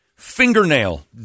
Fingernail